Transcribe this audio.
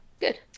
good